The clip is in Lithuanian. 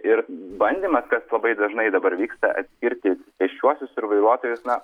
ir bandymas kas labai dažnai dabar vyksta atskirti pėsčiuosius ir vairuotojus na